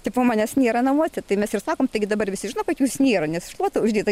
tipo manęs nėra namuose tai mes ir sakom taigi dabar visi žino kad jūs nėra nes šluota uždėta